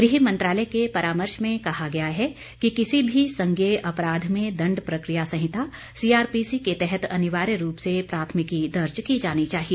गृह मंत्रालय के परामर्श में कहा गया है कि किसी भी संज्ञेय अपराध में दण्ड प्रक्रिया संहिता सीआरपीसी के तहत अनिवार्य रूप से प्राथमिकी दर्ज की जानी चाहिए